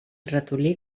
ratolí